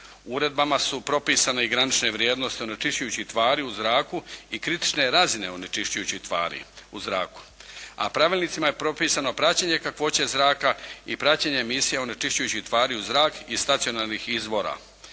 tvari u zraku i kritične razine onečišćujućih tvari u zraku i kritične razine onečišćujućih tvari u zraku, a pravilnicima je propisano praćenje kakvoće zraka i praćenje emisija onečišćujućih tvari u zrak iz stacionarnih izvora,